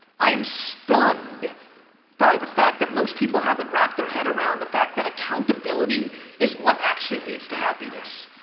i am stunned by the fact that most people haven't wrapped their head around the fact that accountability is what actually leads to happiness